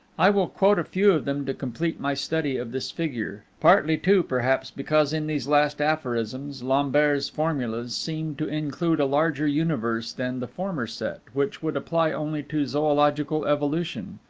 i will quote a few of them to complete my study of this figure partly, too, perhaps, because, in these last aphorisms, lambert's formulas seem to include a larger universe than the former set, which would apply only to zoological evolution.